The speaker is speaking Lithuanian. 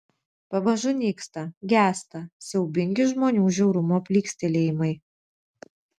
pamažu nyksta gęsta siaubingi žmonių žiaurumo plykstelėjimai